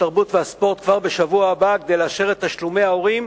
התרבות והספורט כבר בשבוע הבא כדי לאשר את תשלומי ההורים